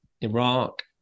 Iraq